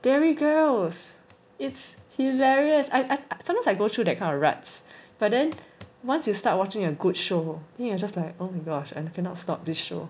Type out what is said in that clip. derry girls it's hilarious I I I sometimes I go through that kind of ruts but then once you start watching a good show then you're just like oh my gosh I cannot stop this show